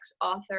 author